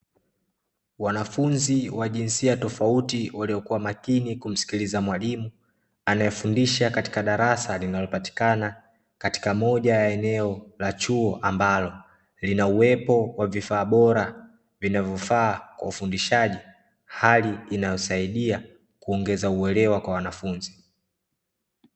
Wanafunzi wa jinsia tofauti waliokuwa makini kumsikiliza mwalimu anayefundisha katika darasa linalopatikana katika moja ya eneo la chuo ambalo lina uwepo wa vifaa bora vinavyofaa kwa ufundishaji, hali inayosaidia kuongeza uelewa kwa wanafunzi.